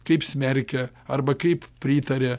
kaip smerkia arba kaip pritaria